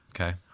Okay